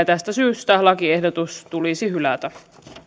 tästä syystä lakiehdotus tulisi hylätä